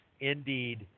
indeed